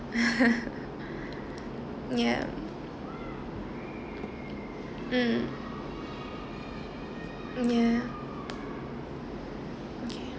yup mm ya okay